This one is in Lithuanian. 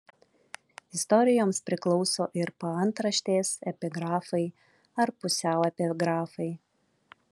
istorijoms priklauso ir paantraštės epigrafai ar pusiau epigrafai